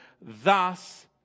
thus